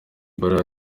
ibara